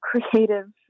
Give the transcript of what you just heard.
creative